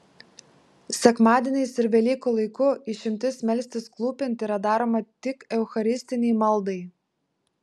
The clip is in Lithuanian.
sekmadieniais ir velykų laiku išimtis melstis klūpint yra daroma tik eucharistinei maldai